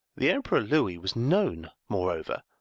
the emperor louis was known, moreover,